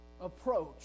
approach